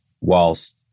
whilst